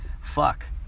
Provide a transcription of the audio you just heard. Fuck